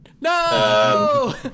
No